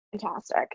fantastic